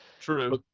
True